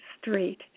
Street